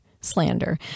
slander